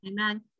Amen